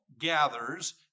gathers